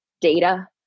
data